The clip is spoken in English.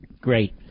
Great